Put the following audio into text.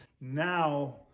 now